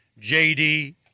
jd